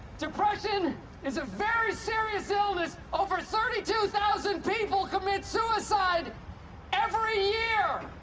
depression is a very serious illness. over thirty two thousand people commit suicide every year.